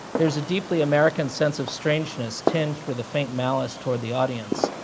there's a deeply american sense of strangeness tinged with a faint malice toward the audience,